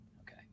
Okay